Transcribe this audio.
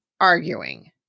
arguing